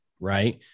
right